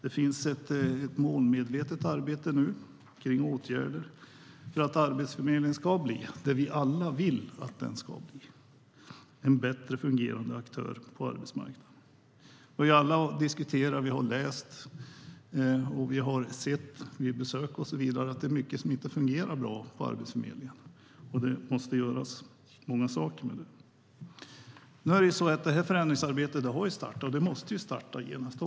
Det finns ett målvetet arbete med åtgärder för att Arbetsförmedlingen ska bli det vi alla vill att den ska bli: en bättre fungerande aktör på arbetsmarknaden. Vi har alla diskuterat, läst och sett vid besök att det är mycket som inte fungerar väl på Arbetsförmedlingen. Det måste göras mycket åt det. Förändringsarbetet har startat, och det måste också starta genast.